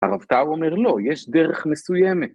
הרב טאו אומר לא, יש דרך מסוימת.